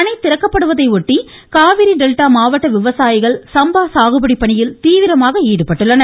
அணை திறக்கப்படுவதையொட்டி காவிரி டெல்டா மாவட்ட விவசாயிகள் சம்பா சாகுபடி பணியில் தீவிரமாக ஈடுபட்டுள்ளனர்